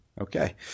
Okay